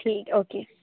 ٹھیک ہے اوکے